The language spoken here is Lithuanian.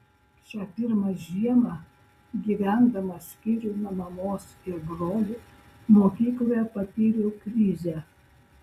šią pirmą žiemą gyvendamas skyrium nuo mamos ir brolių mokykloje patyriau krizę